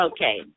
Okay